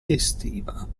estiva